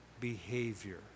behavior